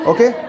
Okay